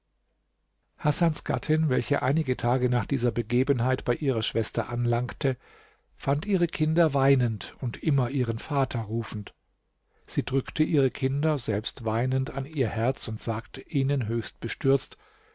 hasans gattin welche einige tage nach dieser begebenheit bei ihrer schwester anlangte fand ihre kinder weinend und immer ihren vater rufend sie drückte ihre kinder selbst weinend an ihr herz und sagte ihnen höchst bestürzt